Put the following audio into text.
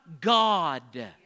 God